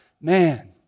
Man